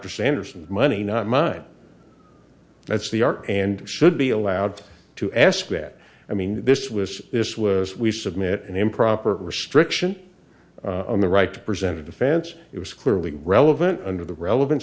or sanderson's money not mine that's the art and should be allowed to ask that i mean this was this was we submit an improper restriction on the right to present a defense it was clearly relevant under the relevan